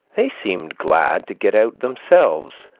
they seemed glad to get out themselves,